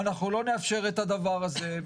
ואנחנו לא נאפשר את הדבר הזה,